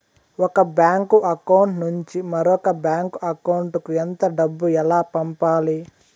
ఒక bank account నుంచి మరొక బ్యాంకు అకౌంట్ కు ఎంత డబ్బు ఎలా పంపాలి